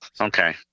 Okay